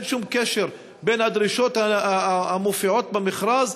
אין שום קשר בין הדרישות המופיעות במכרז